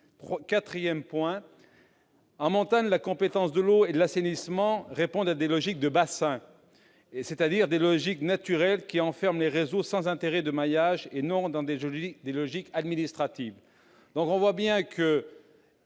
Quatrièmement, en montagne, les compétences « eau » et « assainissement » répondent à des logiques de bassins, c'est-à-dire des logiques naturelles qui enferment les réseaux sans intérêt de maillage, et non dans des logiques administratives.